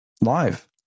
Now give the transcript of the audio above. live